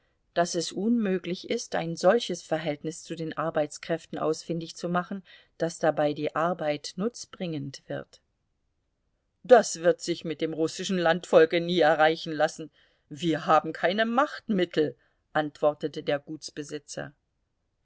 daß es unmöglich ist ein solches verhältnis zu den arbeitskräften ausfindig zu machen daß dabei die arbeit nutzbringend wird das wird sich mit dem russischen landvolke nie erreichen lassen wir haben keine machtmittel antwortete der